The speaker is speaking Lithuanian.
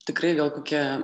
tikrai gal kokie